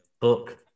book